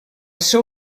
seu